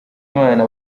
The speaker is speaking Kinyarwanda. imana